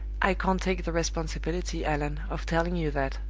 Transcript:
i can't take the responsibility, allan, of telling you that.